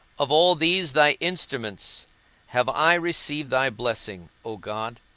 of all these thy instruments have i received thy blessing, o god